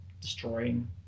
destroying